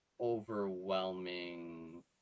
overwhelming